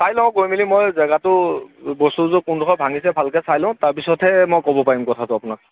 চাই লওঁ গৈ মেলি মই জেগাটো বস্তুটো কোন ডোখৰত ভাঙিছে মই ভালকৈ চাই লওঁ তাৰপিছতহে মই ক'ব পাৰিম কথাটো আপোনাক